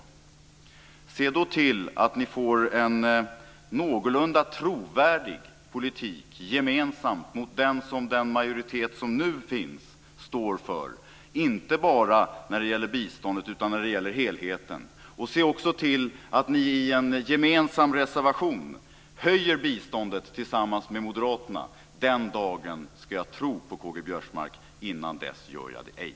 Men se då till att ni får en någorlunda trovärdig politik gemensamt mot den som den majoritet står för som nu finns, inte bara när det gäller biståndet utan också när det gäller helheten! Se också till att ni i en gemensam reservation höjer biståndet tillsammans med moderaterna! Den dagen ska jag tro på K-G Biörsmark. Innan dess gör jag det ej.